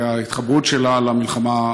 ואת ההתחברות שלה למלחמה,